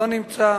לא נמצא.